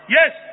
Yes